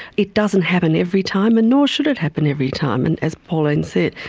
it doesn't happen every time and nor should it happen every time and as pauline said,